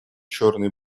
черные